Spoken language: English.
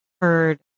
heard